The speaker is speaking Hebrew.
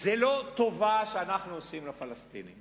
זה לא טובה שאנחנו עושים לפלסטינים,